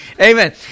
Amen